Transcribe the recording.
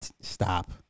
Stop